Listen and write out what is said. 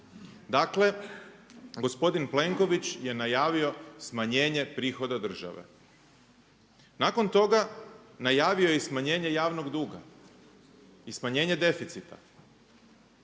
Dakle, gospodin Plenković je najavio smanjenje prihoda države. Nakon toga najavio je i smanjenje javnog duga i smanjenje deficita.